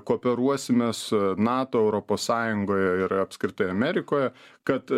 kooperuosimės nato europos sąjungoje ir apskritai amerikoje kad